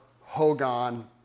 Hogan